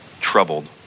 troubled